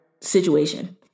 situation